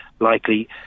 Likely